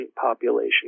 population